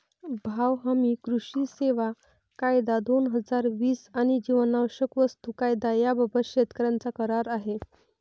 भाव हमी, कृषी सेवा कायदा, दोन हजार वीस आणि जीवनावश्यक वस्तू कायदा याबाबत शेतकऱ्यांचा करार आहे